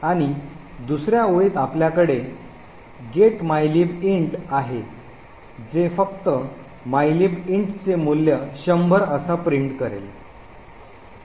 आणि दुसर्या ओळीत आपल्याकडे हे get mylib int आहे जे फक्त mylib int चे मूल्य १०० असा प्रिंट करेल